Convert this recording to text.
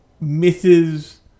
misses